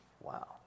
Wow